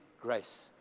grace